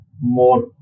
more